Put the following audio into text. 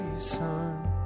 Son